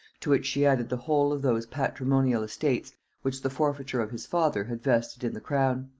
to which she added the whole of those patrimonial estates which the forfeiture of his father had vested in the crown.